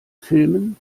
filmen